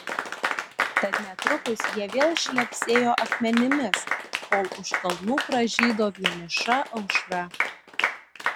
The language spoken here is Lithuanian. tad netrukus jie vėl šlepsėjo akmenimis kol už kalnų pražydo vieniša aušra